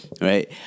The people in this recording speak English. right